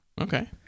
Okay